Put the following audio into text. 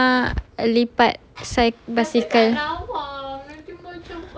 time tu adik err lipat cy~ bicycle